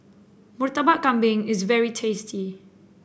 Murtabak Kambing is very tasty